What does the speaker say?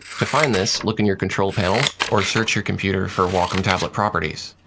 to find this, look in your control panel or search your computer for wacom tablet properties.